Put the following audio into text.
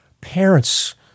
Parents